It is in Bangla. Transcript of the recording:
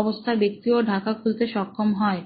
অবস্থার ব্যক্তিও টস খুলতে সক্ষম হন